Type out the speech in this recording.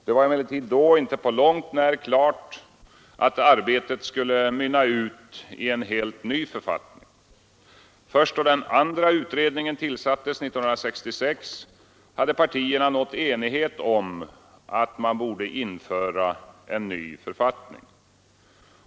Det var emellertid då inte på långt när klart att arbetet skulle mynna ut i en helt ny författning. Först då den andra utredningen tillsattes 1966 hade partierna nått enighet om att man borde införa en ny författning.